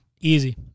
easy